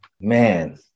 man